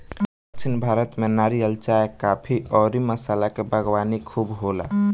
दक्षिण भारत में नारियल, चाय, काफी अउरी मसाला के बागवानी खूब होला